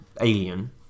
alien